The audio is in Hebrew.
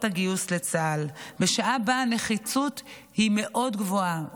הגיוס לצה"ל בשעה שבה הנחיצות היא גבוהה מאוד".